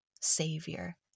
savior